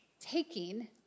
taking